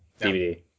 DVD